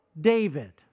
David